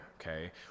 okay